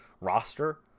roster